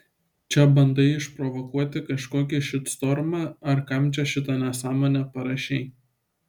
čia bandai išprovokuoti kažkokį šitstormą ar kam čia šitą nesąmonę parašei